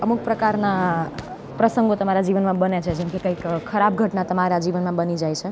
અમુક પ્રકારના પ્રસંગો તમારા જીવનમાં બને છે જેમ કે કંઈક ખરાબ ઘટના તમારા જીવનમાં બની જાય છે